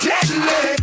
Deadly